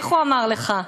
איך הוא אמר לך?